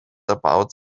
about